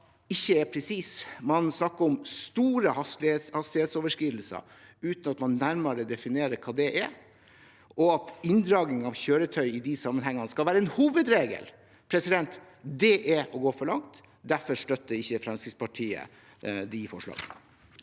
ikke er presist. Man snakker om «store hastighetsoverskridelser» uten å definere nærmere hva det er, og at inndragning av kjøretøy i de sammenhengene skal være en hovedregel. Det er å gå for langt. Derfor støtter ikke Fremskrittspartiet det forslaget.